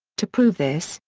to prove this,